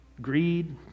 greed